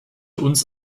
uns